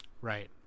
Right